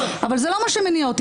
אבל זה לא מה שמניע אותי.